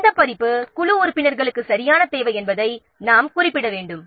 எந்த பதிப்பு குழு உறுப்பினர்களுக்கு சரியாக தேவை என்பதை நாம் குறிப்பிட வேண்டும்